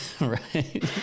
right